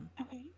Okay